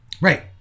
Right